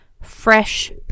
fresh